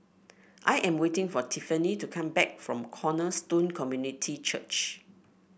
I am waiting for Tiffani to come back from Cornerstone Community Church